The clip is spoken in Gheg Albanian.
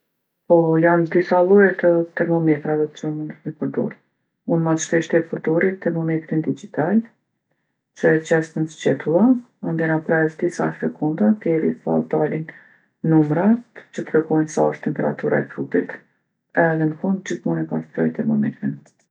Po janë disa lloje të termometrave që munësh mi përdorë. Unë mas shpeshti e përdori termometrin digjital që e qes nën sqetulla. Mandena pres disa sekonda deri sa dalin numrat që tregojnë sa osht temperatura e trupit. Edhe n'fund gjithmonë e pastroj termometrin.